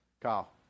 Kyle